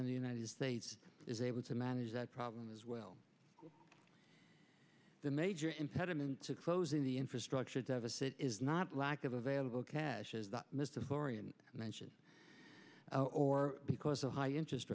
in the united states is able to manage that problem as well the major impediment to closing the infrastructure deficit is not lack of available cash is the midst of korean mention or because of high interest